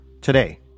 today